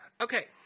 okay